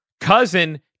cousin